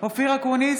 אופיר אקוניס,